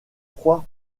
froid